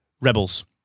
Rebels